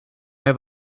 have